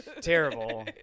terrible